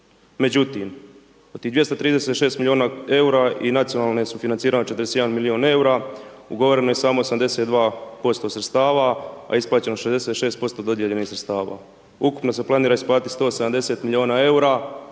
Međutim, tih 236 milijuna eura i nacionalno je sufinancirano 41 milijun eura, ugovoreno je samo 82% sredstava, a isplaćeno 66% dodijeljenih sredstava. Ukupno se planira isplatiti 170 milijuna eura,